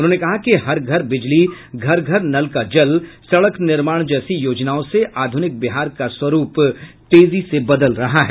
उन्होंने कहा कि हर घर बिजली घर घर नल का जल सड़क निर्माण जैसी योजनाओं से आधुनिक बिहार का स्वरुप तेजी से बदल रहा है